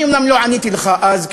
אני אומנם לא עניתי לך אז,